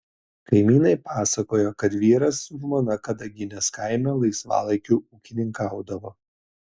kaimynai pasakojo kad vyras su žmona kadaginės kaime laisvalaikiu ūkininkaudavo